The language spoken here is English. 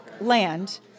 land